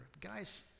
Guys